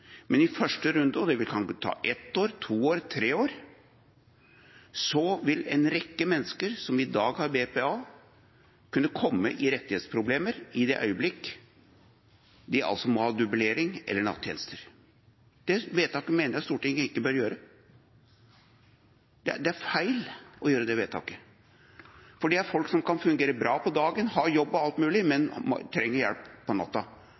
Men i første runde – og det kan ta ett år, to år, tre år – vil en rekke mennesker som i dag har BPA, kunne komme i rettighetsproblemer i det øyeblikk de må ha dublering eller nattjenester. Det vedtaket mener jeg Stortinget ikke bør gjøre. Det er feil å gjøre det vedtaket, fordi folk som kan fungere bra på dagen, ha jobb og alt mulig, men trenger hjelp om natta,